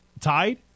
tied